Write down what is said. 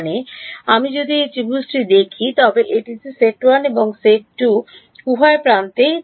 মানে আমি যদি এই ত্রিভুজটি দেখি তবে এটিতে সেট 1 এবং 2 সেট 2 উভয়ই প্রান্ত রয়েছে